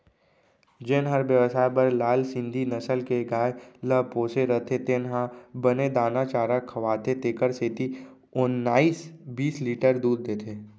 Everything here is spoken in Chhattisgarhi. जेन हर बेवसाय बर लाल सिंघी नसल के गाय ल पोसे रथे तेन ह बने दाना चारा खवाथे तेकर सेती ओन्नाइस बीस लीटर दूद देथे